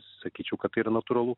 sakyčiau kad tai yra natūralu